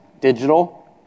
digital